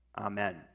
Amen